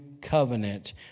covenant